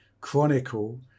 chronicle